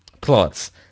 plots